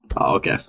okay